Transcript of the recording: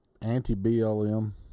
anti-BLM